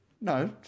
No